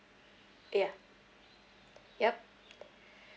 ya yup